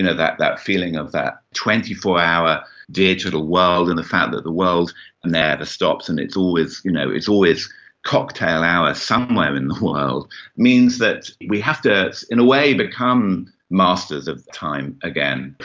and that that feeling of that twenty four hour digital world and the fact that the world and never stops and it's always you know it's always cocktail hour somewhere in the world means that we have to in a way become masters of time again,